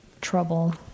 trouble